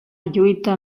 lluita